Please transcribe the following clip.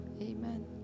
Amen